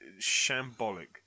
shambolic